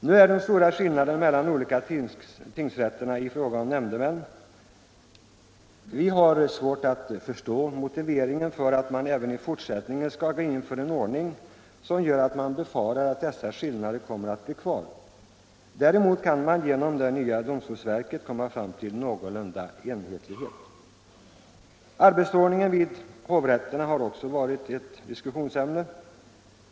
Det är stora skillnader i dag mellan olika tingsrätter beträffande nämndemän. Vi har svårt att förstå motiveringen för en ordning som gör att dessa skillnader befaras bli kvar även i fortsättningen. Däremot kan man genom det nya domstolsverket komma fram till någorlunda enhetlighet. Arbetsordningen vid hovrätterna har också varit ett diskussionsämne.